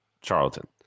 Charlton